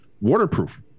waterproof